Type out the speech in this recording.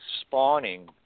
spawning